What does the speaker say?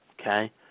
Okay